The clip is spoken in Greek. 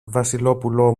βασιλόπουλο